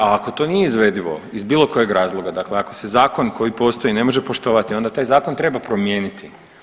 A ako to nije izvedivo iz bilo kojeg razloga, dakle ako se zakon koji postoji ne može poštovati onda taj zakon treba promijeniti.